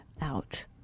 out